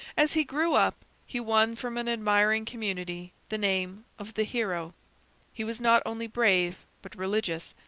as he grew up he won from an admiring community the name of the hero he was not only brave but religious.